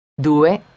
Due